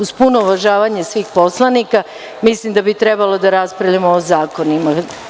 Uz puno uvažavanje svih poslanika, mislim da bi trebalo da raspravljamo o zakonima.